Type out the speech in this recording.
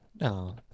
no